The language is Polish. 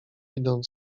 weedon